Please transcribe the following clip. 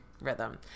rhythm